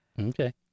Okay